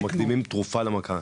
אנחנו מקדימים תרופה למכה,